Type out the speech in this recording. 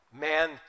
Man